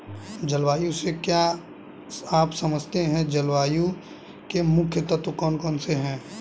जलवायु से आप क्या समझते हैं जलवायु के मुख्य तत्व कौन कौन से हैं?